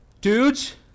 Dudes